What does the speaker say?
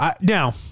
Now